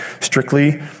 strictly